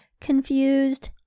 confused